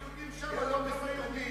היהודים שם לא מסוכנים.